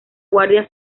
guardia